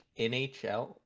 nhl